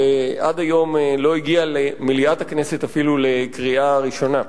ועד היום לא הגיעה למליאת הכנסת אפילו לקריאה ראשונה.